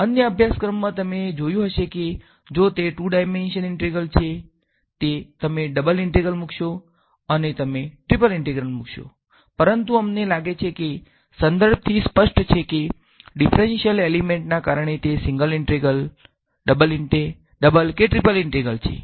અન્ય અભ્યાસક્રમોમાં તમે જોયું હશે કે જો તે ટુ ડાઈમેંશન ઇન્ટિગ્રલ છે તમે ડબલ ઇન્ટિગ્રલ મૂકશો અને તમે ટ્રિપલ ઇન્ટિગ્રલ મુકશો પરંતુ અમને લાગે છે કે સંદર્ભથી સ્પષ્ટ છે કે ડિફરન્સલ એલિમેન્ટના કારણે તે સીંગલ ઇન્ટિગ્રલ ડબલ કે ટ્રિપલ ઇન્ટિગ્રલ છે